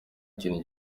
kintu